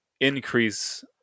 increase